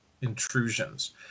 intrusions